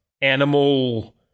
animal